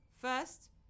First